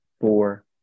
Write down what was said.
four